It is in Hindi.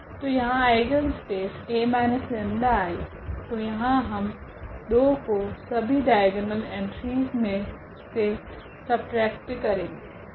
तो यहाँ आइगनस्पेस A 𝜆I तो यहाँ हम 2 को सभी डाइगोनल एंट्रीस मे से सबट्रेक्ट करेगे